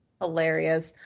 hilarious